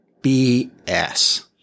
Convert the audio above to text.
BS